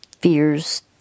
fears